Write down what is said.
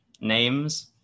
names